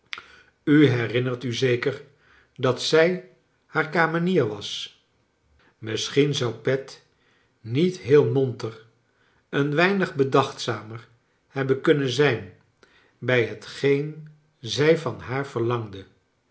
u her inner t u zeker dat zij haar kamenier was misschien zou pet niet heel monter een weinig bedachtzamer hebben kunnen zijn bij hetgeen zij van haar verlangde